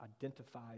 identify